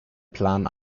plan